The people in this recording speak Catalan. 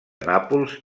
nàpols